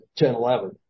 10-11